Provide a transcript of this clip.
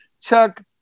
Chuck